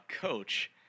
coach